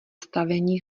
stavení